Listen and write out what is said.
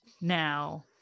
now